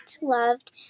loved